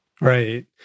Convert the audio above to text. Right